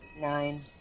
Nine